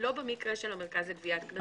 לא במקרה של המרכז לגביית קנסות.